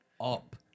up